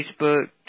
Facebook